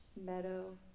meadow